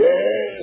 Yes